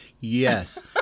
yes